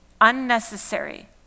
unnecessary